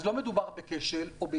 אז לא מדובר בעיוות,